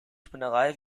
spinnerei